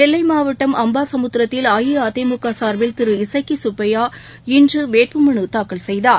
நெல்லை மாவட்டம் அம்பாசமுத்திரத்தில் அஇஅதிமுக சார்பில் திரு இசக்கி சுப்பையா வேட்புமனு தாக்கல் செய்தார்